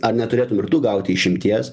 ar neturėtum ir tu gauti išimties